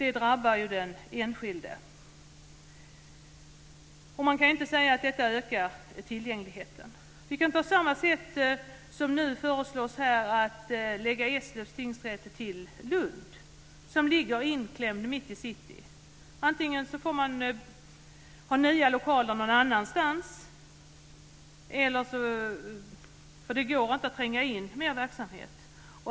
Detta drabbar den enskilde, och man kan inte säga att det ökar tillgängligheten. Nu föreslår man här på samma sätt att Eslövs tingsrätt ska förläggas till Lund. Tingsrätten ligger inklämd mitt i city. Man får ordna nya lokaler någon annanstans, för det går inte att tränga in mer verksamhet.